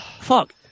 Fuck